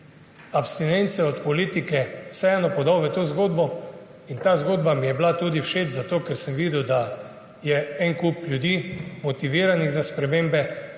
abstinence od politike vseeno podal v to zgodbo, in ta zgodba mi je bila tudi všeč zato, ker sem videl, da je en kup ljudi motiviranih za spremembe,